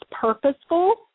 purposeful